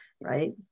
right